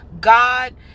God